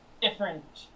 different